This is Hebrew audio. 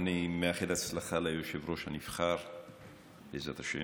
מאחל הצלחה ליושב-ראש הנבחר, בעזרת השם,